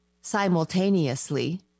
simultaneously